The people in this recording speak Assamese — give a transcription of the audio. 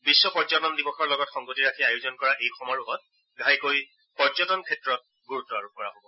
বিশ্ব পৰ্যটন দিৱসৰ লগত সংগতি ৰাখি আয়োজন কৰা এই সমাৰোহত ঘাইকৈ পৰ্যটন ক্ষেত্ৰত গুৰুত্ব আৰোপ কৰা হ'ব